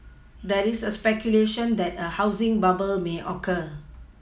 there is a speculation that a housing bubble may occur